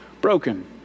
broken